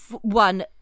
One